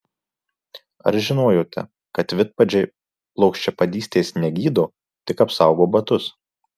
ar žinojote kad vidpadžiai plokščiapadystės negydo tik apsaugo batus